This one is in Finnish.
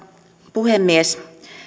puhemies